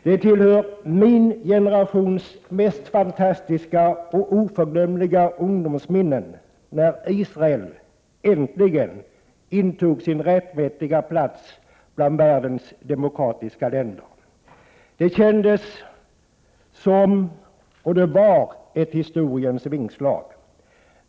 Det tillhör min generations mest fantastiska och oförglömliga ungdomsminnen när Israel äntligen intog sin rättmätiga plats bland världens demokratiska länder. Det kändes som — och det var — ett historiens vingslag.